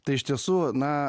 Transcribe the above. tai iš tiesų na